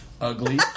Ugly